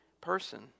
person